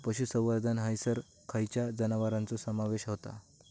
पशुसंवर्धन हैसर खैयच्या जनावरांचो समावेश व्हता?